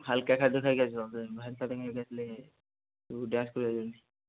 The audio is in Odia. ହାଲୁକା ଖାଦ୍ୟ ଖାଇକି ଆସିବ ସେ ଭାରି ଖାଦ୍ୟ ଖାଇକି ଆସିଲେ ଡ୍ୟାନ୍ସ ହେବ ନାହିଁ